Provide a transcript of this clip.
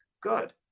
good